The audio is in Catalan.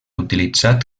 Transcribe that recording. utilitzat